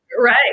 Right